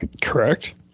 Correct